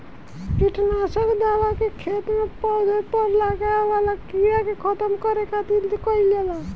किट नासक दवा के खेत में पौधा पर लागे वाला कीड़ा के खत्म करे खातिर कईल जाला